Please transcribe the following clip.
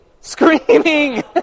Screaming